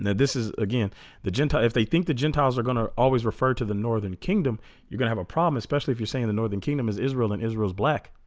this is again the gentile if they think the gentiles are gonna always refer to the northern kingdom you're gonna have a problem especially if you're saying the northern kingdom is israel and israel's black